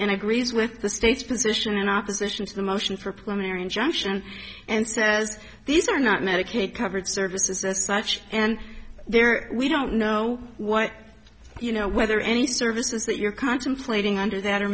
and agrees with the state's position in opposition to the motion for primary injunction and says these are not medicaid covered services as such and there we don't know what you know whether any services that you're contemplating under that are